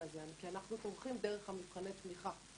הזה כי אנחנו תומכים דרך מבחני התמיכה.